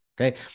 Okay